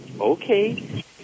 okay